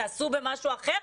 תעשו במשהו אחר,